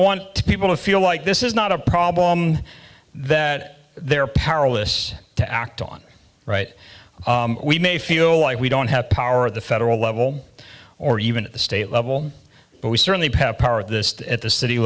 want people to feel like this is not a problem that they're powerless to act on right we may feel like we don't have power at the federal level or even at the state level but we certainly have power at the state at the city